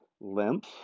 lymph